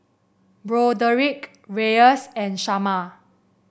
Broderick Reyes and Shamar